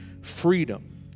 freedom